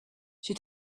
she